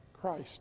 Christ